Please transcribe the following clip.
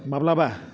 माब्लाबा